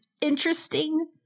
interesting